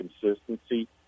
consistency